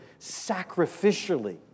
sacrificially